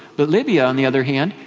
but libya on the other hand,